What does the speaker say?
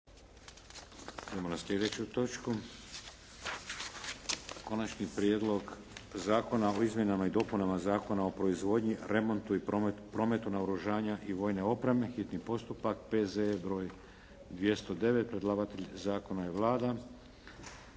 Idemo na sljedeću točku: - Konačni prijedlog zakona o Izmjenama i dopunama Zakona o proizvodnji, remontu i prometu naoružanja i vojne opreme, hitni postupak, prvo i drugo čitanje, P.Z.E. br. 209. Predlagatelj zakona je Vlada.